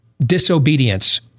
disobedience